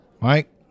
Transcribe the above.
Mike